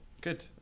Good